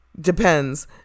depends